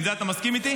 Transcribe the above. עם זה אתה מסכים איתי?